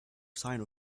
sign